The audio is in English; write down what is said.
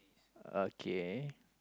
okay